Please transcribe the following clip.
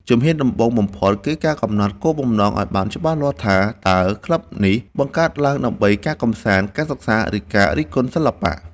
ជំហានដំបូងបំផុត គឺការកំណត់គោលបំណងឱ្យបានច្បាស់លាស់ថា តើក្លឹបនេះបង្កើតឡើងដើម្បីការកម្សាន្ត ការសិក្សា ឬការរិះគន់សិល្បៈ។